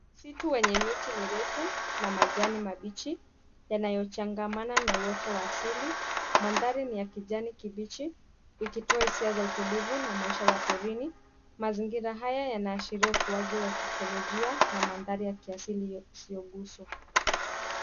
Msitu wenye miti mirefu na majani mabichi yanayochangamana na uoto wa asili. Mandhari ni ya kijani kibichi ikitoa hisia za utulivu na maisha ya porini. Mazingira haya yanaashiria ukuaji wa kikolojiia na mandhari ya kiasli isiyoguzwa.